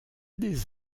des